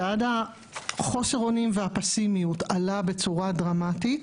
מדד חוסר האונים והפסימיות עלה בצורה דרמטית,